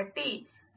కాబట్టి